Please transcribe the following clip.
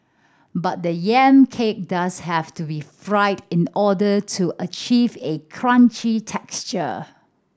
but the yam cake does have to be fried in order to achieve a crunchy texture